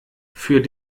für